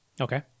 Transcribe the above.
Okay